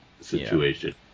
situation